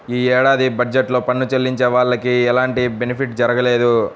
యీ ఏడాది బడ్జెట్ లో పన్ను చెల్లించే వాళ్లకి ఎలాంటి బెనిఫిట్ జరగలేదు